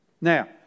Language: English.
Now